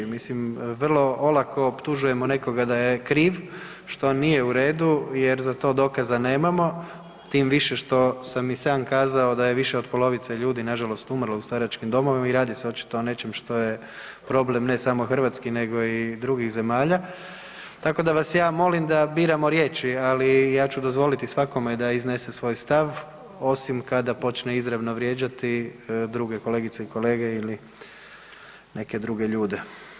Mislim vrlo olako optužujemo nekoga da je kriv, što nije u redu jer za to dokaza nemamo, tim više što sam i sam kazao da je više od polovice ljudi nažalost umrlo u staračkim domovima i radi se očito o nečem što je problem ne samo hrvatski nego i drugih zemalja, tako da vas ja molim da biramo riječi, ali ja ću dozvoliti svakome da iznese svoj stav osim kada počne izravno vrijeđati druge kolegice i kolege ili neke druge ljude.